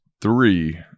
three